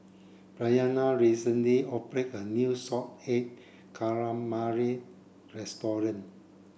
Bryanna recently opened a new salted egg calamari restaurant